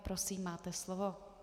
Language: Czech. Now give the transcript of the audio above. Prosím, máte slovo.